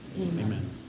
Amen